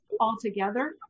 altogether